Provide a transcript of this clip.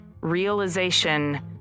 realization